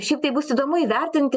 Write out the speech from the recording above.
šiaip tai bus įdomu įvertinti